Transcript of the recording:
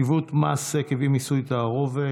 שאילתה מס' 394: עיוות מס עקב אי-מיסוי תערובת.